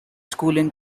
schooling